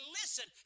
listen